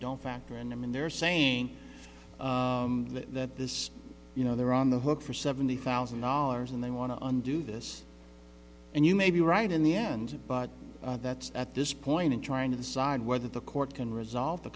don't factor in and they're saying that this you know they're on the hook for seventy thousand dollars and they want to undo this and you may be right in the end but that's at this point in trying to decide whether the court can resolve the